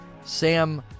Sam